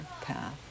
path